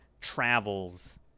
travels